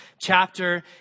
chapter